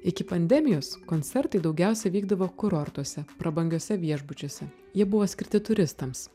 iki pandemijos koncertai daugiausiai vykdavo kurortuose prabangiuose viešbučiuose jie buvo skirti turistams